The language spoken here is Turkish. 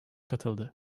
katıldı